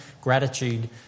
gratitude